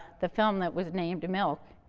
the film that was named milk,